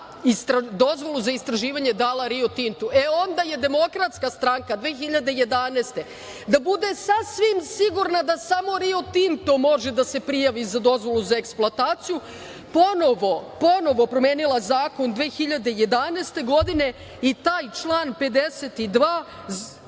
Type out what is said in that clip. dozvolu za istraživanja dala „Rio Tintu“. E onda je Demokratska stranka, 2011. godine, da bude sasvim sigurna da samo „Rio Tinto“ može da se prijavi za dozvolu za eksploataciju, ponovo promenila Zakon 2011. godine i taj član 52.